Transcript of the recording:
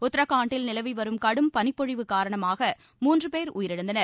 உத்தரகாண்ட்டில் நிலவிவரும் கடும் பனிப்பொழிவு காரணமாக மூன்று பேர் உயிரிழந்தனர்